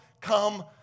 come